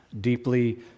deeply